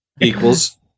equals